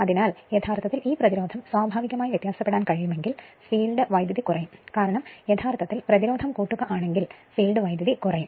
അതിനാൽ യഥാർത്ഥത്തിൽ ഈ പ്രതിരോധം സ്വാഭാവികമായി വ്യത്യാസപ്പെടാൻ കഴിയുമെങ്കിൽ ഫീൽഡ് വൈദ്യുതി കുറയും കാരണം യഥാർത്ഥത്തിൽ പ്രതിരോധം കൂട്ടുക ആണെങ്കിൽ ഫീൽഡ് വൈദ്യുതി കുറയും